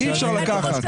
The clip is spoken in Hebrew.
אי אפשר לקחת.